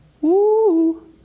woo